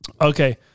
Okay